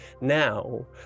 now